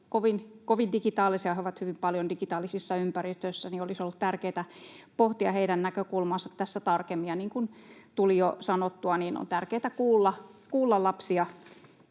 kovin digitaalisia. He ovat hyvin paljon digitaalisissa ympäristöissä, ja olisi ollut tärkeätä pohtia heidän näkökulmaansa tässä tarkemmin. Niin kuin tuli jo sanottua, on tärkeätä kuulla lapsia